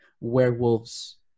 werewolves